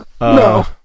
No